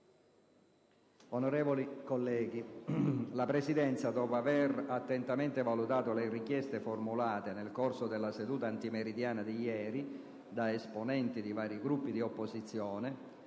Onorevoli colleghi, la Presidenza, dopo aver attentamente valutato le richieste formulate nel corso della seduta antimeridiana di ieri da esponenti di vari Gruppi di opposizione,